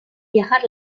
viajar